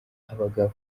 abagabo